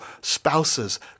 spouse's